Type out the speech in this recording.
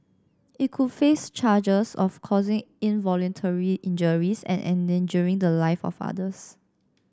it could face charges of causing involuntary injuries and endangering the lives of others